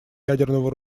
ядерного